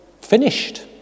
finished